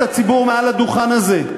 מעל הדוכן הזה,